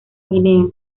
guinea